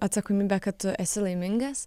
atsakomybę kad tu esi laimingas